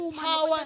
power